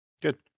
Good